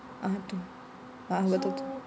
(uh huh) two a'ah betul two